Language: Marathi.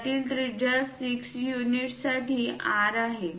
त्यातील त्रिज्या 6 युनिट्ससाठी R आहे